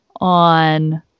on